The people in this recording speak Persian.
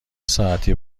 ساعتی